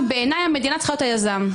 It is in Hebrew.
בעיניי, המדינה צריכה להיות היזם.